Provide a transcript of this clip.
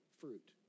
fruit